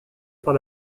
par